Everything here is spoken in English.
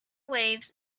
waves